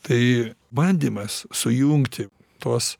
tai bandymas sujungti tuos